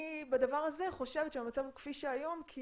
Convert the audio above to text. אני בדבר הזה חושבת שהמצב הוא כפי שהיום כי